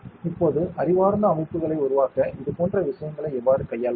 இப்போது அறிவார்ந்த அமைப்புகளை உருவாக்க இதுபோன்ற விஷயங்களை எவ்வாறு கையாள்வது